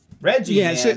Reggie